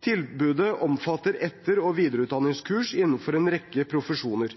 Tilbudet omfatter etter- og videreutdanningskurs innenfor en rekke profesjoner.